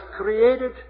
created